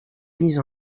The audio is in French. mise